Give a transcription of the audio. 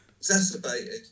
exacerbated